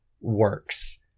works